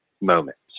moments